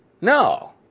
No